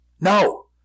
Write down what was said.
No